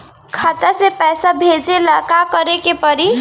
खाता से पैसा भेजे ला का करे के पड़ी?